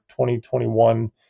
2021